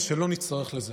ושלא נצטרך לזה,